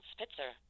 Spitzer